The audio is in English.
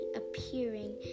appearing